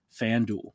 FanDuel